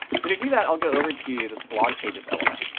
so to do that, i'll go over to this blog page's element.